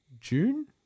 June